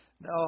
No